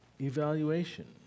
evaluation